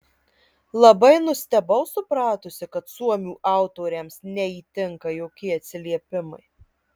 labai nustebau supratusi kad suomių autoriams neįtinka jokie atsiliepimai